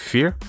Fear